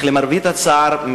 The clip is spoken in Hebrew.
אבל למרבה הצער,